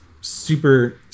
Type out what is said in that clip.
super